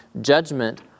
judgment